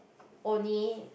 only